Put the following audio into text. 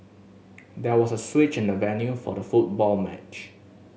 there was a switch in the venue for the football match